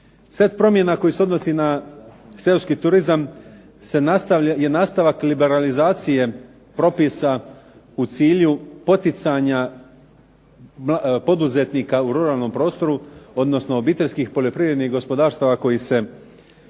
Set promjena koje se odnosi na seoski turizam je nastavak liberalizacije propisa u cilju poticanja poduzetnika u ruralnom prostoru, odnosno obiteljskih poljoprivrednih gospodarstava koji se mogu